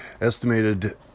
estimated